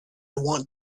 want